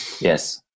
Yes